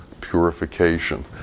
purification